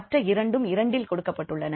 மற்ற இரண்டும் 2 இல் கொடுக்கப்பட்டுள்ளன